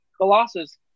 Colossus